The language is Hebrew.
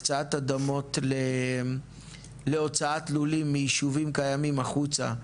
הקצאת אדמות להוצאת לולים מיישובים קיימים החוצה,